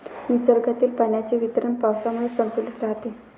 निसर्गातील पाण्याचे वितरण पावसामुळे संतुलित राहते